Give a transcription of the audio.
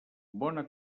bona